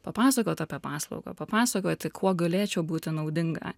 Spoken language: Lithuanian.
papasakot apie paslaugą papasakoti kuo galėčiau būti naudinga